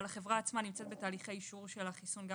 אבל החברה עצמה נמצאת בתהליכי אישור של החיסון גם